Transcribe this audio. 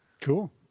Cool